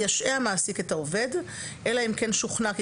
ישעה המעסיק את העובד אלא אם כן שוכנע כי